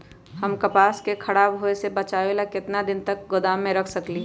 हम कपास के खराब होए से बचाबे ला कितना दिन तक गोदाम में रख सकली ह?